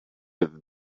have